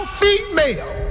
female